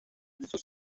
sus